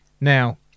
Now